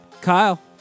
Kyle